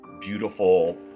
beautiful